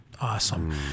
Awesome